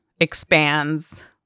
expands